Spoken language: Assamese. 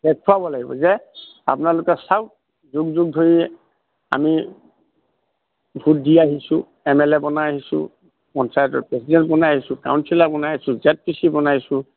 দেখুৱাব লাগিব যে আপোনালোকে চাওঁক যুগ যুগ ধৰি আমি ভোট দি আহিছোঁ এম এল এ বনাই আহিছোঁ পঞ্চায়তৰ প্ৰেজিডেণ্ট বনাই আহিছোঁ কাউন্ঞ্চিলাৰ বনাই আছোঁ জেড পি চি বনাইছোঁ